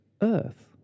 earth